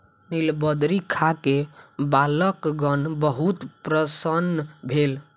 नीलबदरी खा के बालकगण बहुत प्रसन्न भेल